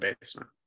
basement